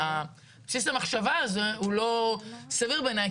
בסיס המחשבה הזה הוא לא סביר בעיניי,